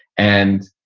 and,